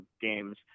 games